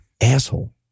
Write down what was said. Asshole